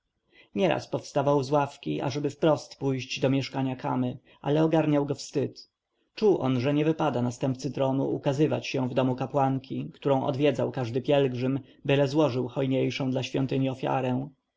nieraz powstawał z ławki ażeby wprost pójść do mieszkania kamy ale ogarniał go wstyd czuł on że nie wypada następcy tronu ukazywać się w domu kapłanki który odwiedzał każdy pielgrzym byle złożył hojniejszą dla świątyni ofiarę